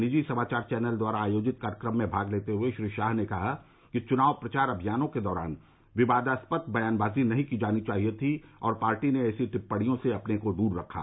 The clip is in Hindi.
कल शाम एक निजी समाचार चैनल द्वारा आयोजित कार्यक्रम में भाग लेते हुए श्री शाह ने कहा कि चुनाव प्रचार अमियानों के दौरान विवादास्पद बयानबाजी नहीं की जानी चाहिए थी और पार्टी ने ऐसी टिप्पणियों से अपने को दूर रखा